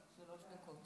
שלוש דקות